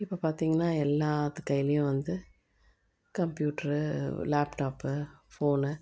இப்போ பார்த்திங்கனா எல்லாத்து கைலேயும் வந்து கம்பியூட்ரு லேப்டாப்பு ஃபோனு